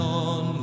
on